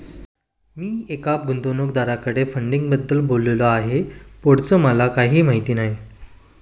मी एका गुंतवणूकदाराकडे फंडिंगबद्दल बोललो आहे, पुढचं मला काही माहित नाही